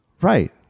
right